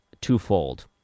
twofold